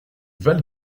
val